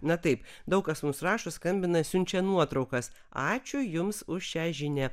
na taip daug kas mums rašo skambina siunčia nuotraukas ačiū jums už šią žinią